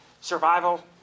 survival